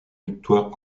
victoires